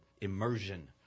immersion